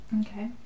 Okay